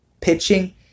pitching